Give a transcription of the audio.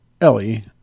Ellie